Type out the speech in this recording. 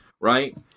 right